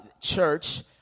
church